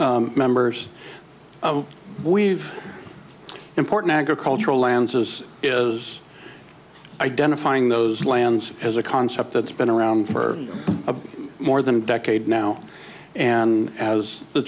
n members of we've important agricultural lands as is identifying those lands as a concept that's been around for more than a decade now and as the